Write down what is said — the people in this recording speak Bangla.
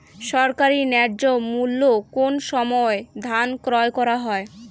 সরকারি ন্যায্য মূল্যে কোন সময় ধান ক্রয় করা হয়?